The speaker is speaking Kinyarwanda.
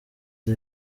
the